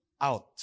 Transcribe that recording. out